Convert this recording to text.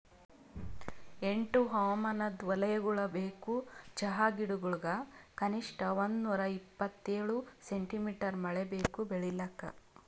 ಎಂಟು ಹವಾಮಾನದ್ ವಲಯಗೊಳ್ ಬೇಕು ಚಹಾ ಗಿಡಗೊಳಿಗ್ ಕನಿಷ್ಠ ಒಂದುನೂರ ಇಪ್ಪತ್ತೇಳು ಸೆಂಟಿಮೀಟರ್ ಮಳೆ ಬೇಕು ಬೆಳಿಲಾಕ್